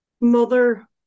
Mother